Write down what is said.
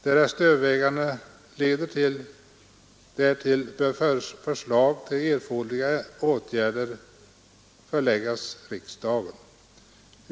Därest övervägandena leder därtill bör förslag till erforderliga åtgärder föreläggas riksdagen.